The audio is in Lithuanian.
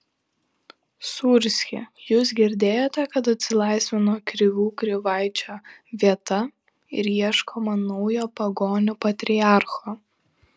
sūrski jūs girdėjote kad atsilaisvino krivių krivaičio vieta ir ieškoma naujo pagonių patriarcho